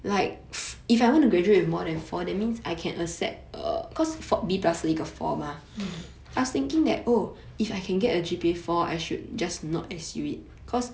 mm